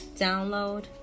download